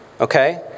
okay